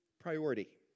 priority